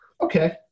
okay